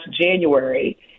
January